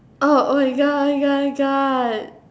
oh oh my god oh my god my god